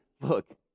look